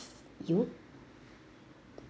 you